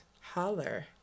holler